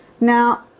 Now